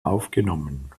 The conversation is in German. aufgenommen